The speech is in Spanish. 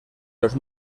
los